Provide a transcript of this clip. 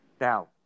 Now